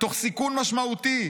תוך סיכון משמעותי,